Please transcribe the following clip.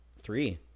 Three